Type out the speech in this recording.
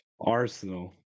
Arsenal